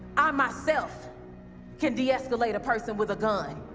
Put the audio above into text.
i myself can deescalate a person with a gun.